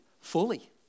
fully